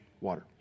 water